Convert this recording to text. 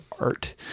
art